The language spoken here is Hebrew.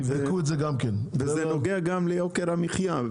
זה נוגע גם ליוקר המחיה,